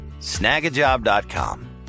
snagajob.com